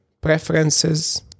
preferences